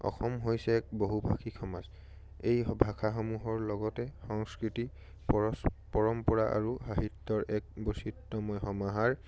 অসম হৈছে এক বহু ভাষিক সমাজ এই ভাষাসমূহৰ লগতে সংস্কৃতি পৰম্পৰা আৰু সাহিত্যৰ এক বৈচিত্ৰময় সমাহাৰ